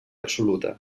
absoluta